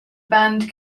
band